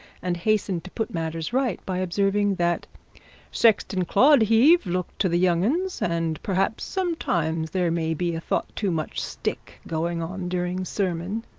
and hastened to put matters right by observing that sexton clodheave looked to the younguns, and perhaps sometimes there maybe a thought too much stick going on during sermon